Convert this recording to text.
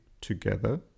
together